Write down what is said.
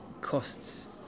costs